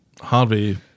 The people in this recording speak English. Harvey